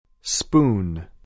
spoon